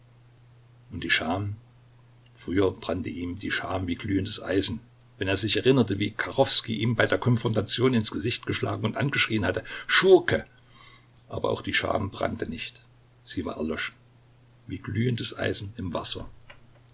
und die scham früher brannte ihn die scham wie glühendes eisen wenn er sich erinnerte wie kachowskij ihn bei der konfrontation ins gesicht geschlagen und angeschrien hatte schurke aber auch die scham brannte nicht sie war erloschen wie glühendes eisen im wasser